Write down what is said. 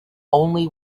only